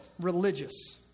religious